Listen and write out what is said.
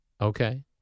Okay